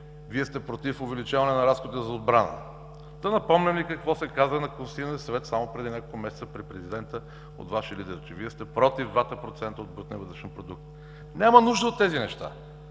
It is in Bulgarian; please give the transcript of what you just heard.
Ви против увеличаване на разходи за отбрана? Да напомням ли какво се каза на Консултативния съвет само преди няколко месеца при президента от Вашия лидер, че Вие сте против 2% от брутния вътрешен продукт? Няма нужда от тези неща.